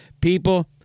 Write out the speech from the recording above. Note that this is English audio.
People